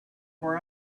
where